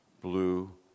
blue